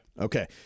Okay